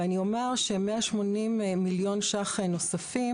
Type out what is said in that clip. אני אומר ש-180 מיליון שקלים נוספים